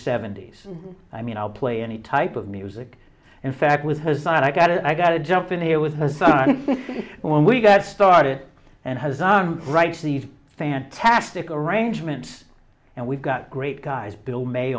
seventy's i mean i'll play any type of music in fact with her side i got it i got to jump in here with her son when we got started and has our rights these fantastic arrangements and we've got great guys bill may